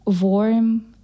warm